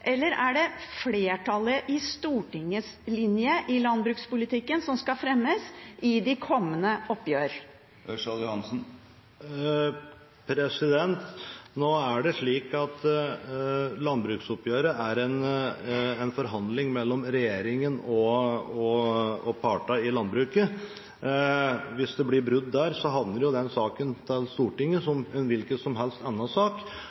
eller er det flertallet i Stortingets linje i landbrukspolitikken som skal fremmes i de kommende oppgjør? Landbruksoppgjøret er en forhandling mellom regjeringen og partene i landbruket. Hvis det blir brudd, havner saken i Stortinget – som en hvilken som helst annen sak. I alle saker som behandles i Stortinget, er det stortingsflertallet som bestemmer, så